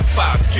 five